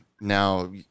now